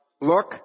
Look